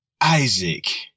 Isaac